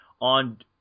on –